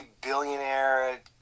billionaire